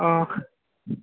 অ